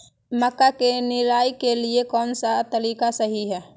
मक्का के निराई के लिए कौन सा तरीका सही है?